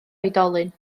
oedolyn